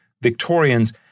Victorians